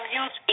use